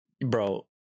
bro